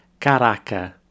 caraca